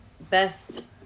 best